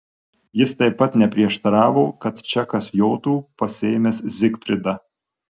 jis taip pat neprieštaravo kad čekas jotų pasiėmęs zigfridą